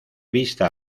vista